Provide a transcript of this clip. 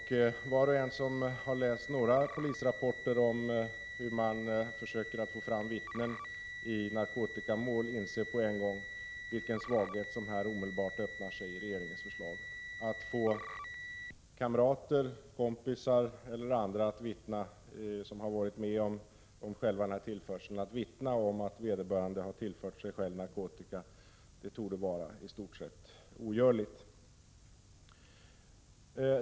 Var och en som har läst några polisrapporter om hur man försöker få fram vittnen i narkotikamål inser på en gång vilken svaghet som här omedelbart öppnar sig i regeringens förslag. Att få kamrater eller andra som har varit med vid tillförseln att vittna om att vederbörande har tillfört sig själv narkotika torde vara i stort sett ogörligt.